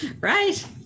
Right